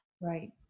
Right